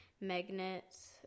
magnets